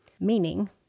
meaning